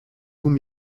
whom